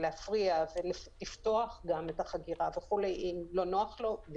להפריע וגם לפתוח את החגירה אם לא נוח לו.